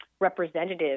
representative